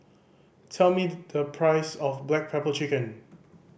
tell me the price of black pepper chicken